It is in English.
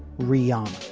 re-armed